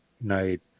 night